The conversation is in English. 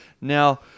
Now